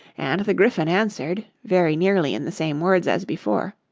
and the gryphon answered, very nearly in the same words as before,